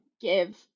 give